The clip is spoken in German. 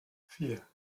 vier